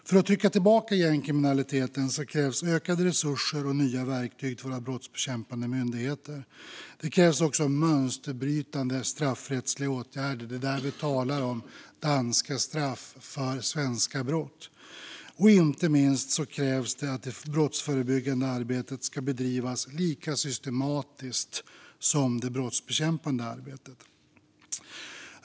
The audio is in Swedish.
För att trycka tillbaka gängkriminaliteteten krävs ökade resurser och nya verktyg till våra brottsbekämpande myndigheter. Det krävs också mönsterbrytande straffrättsliga åtgärder. Det är där vi talar om danska straff för svenska brott. Och inte minst krävs att det brottsförebyggande arbetet bedrivs lika systematiskt som det brottsbekämpande arbetet.